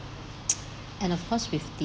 and of course with the